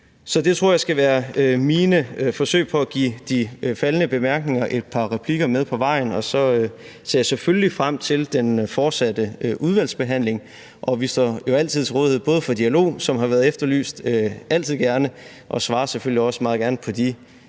Så det tror jeg skal være mine forsøg på at give de faldne bemærkninger et par replikker med på vejen. Og så ser jeg selvfølgelig frem til udvalgsbehandlingen, og vi står jo altid til rådighed for dialog, som har været efterlyst – altid gerne – og svarer selvfølgelig også meget gerne på de